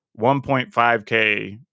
1.5K